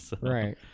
Right